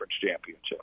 championship